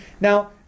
Now